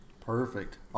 Perfect